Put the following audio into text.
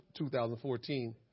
2014